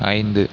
ஐந்து